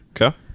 Okay